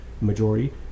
majority